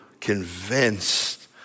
convinced